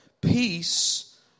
Peace